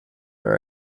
are